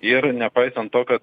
ir nepaisant to kad